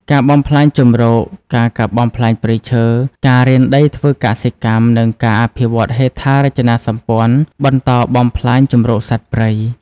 ការបំផ្លាញជម្រក ការកាប់បំផ្លាញព្រៃឈើ ការរានដីធ្វើកសិកម្ម និងការអភិវឌ្ឍន៍ហេដ្ឋារចនាសម្ព័ន្ធបន្តបំផ្លាញជម្រកសត្វព្រៃ។